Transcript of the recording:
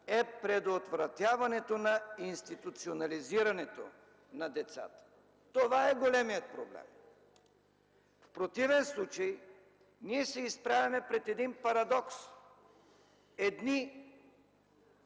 е предотвратяването на институционализирането на децата. Това е големият проблем. В противен случай ние се изправяме пред парадокс – едни